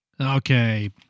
Okay